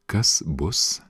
kas bus